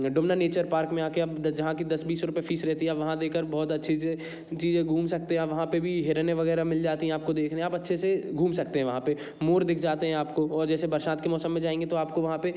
Domna nature park में आ कर आप जहाँ की दस बीस रूपये फीस रहती है आप वहाँ दे कर बहुत अच्छे से चीज़ें घूम सकते हैं आप वहाँ पर भी हिरणें वग़ैरह मिल जाती हैं आपको देखने आप अच्छे से घूम सकते हैं वहाँ पर मोर दिख जाते हैं आपको और जैसे बरसात के मौसम में जाएँगे तो आपको वहाँ पर